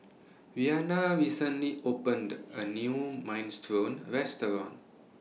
Reanna recently opened A New Minestrone Restaurant